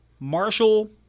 Marshall